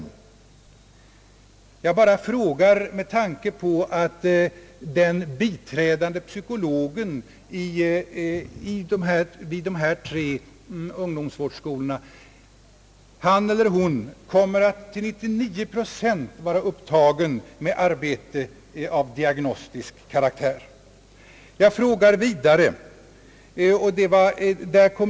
Jag bara frågar detta med tanke på att den biträdande psykologen vid dessa tre ungdomsvårdsskolor till 99 procent kommer att vara upptagen med arbete av diagnostisk karaktär.